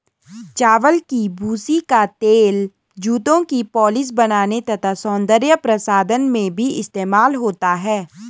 चावल की भूसी का तेल जूतों की पॉलिश बनाने तथा सौंदर्य प्रसाधन में भी इस्तेमाल होता है